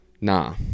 Nah